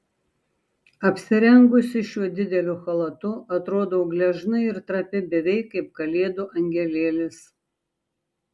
apsirengusi šiuo dideliu chalatu atrodau gležna ir trapi beveik kaip kalėdų angelėlis